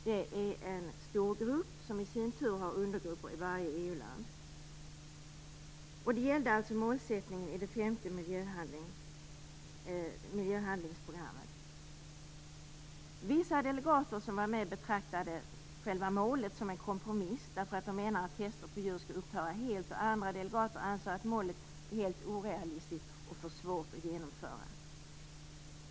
Det är en stor grupp som i sin tur har undergrupper i varje EU-land. Och det gällde alltså målsättningen i EU:s femte miljöhandlingsprogram. Vissa delegater betraktade målet som en kompromiss, därför att de ansåg att tester på djur skall upphöra helt. Andra delegater ansåg att målet var helt orealistiskt och för svårt att genomföra.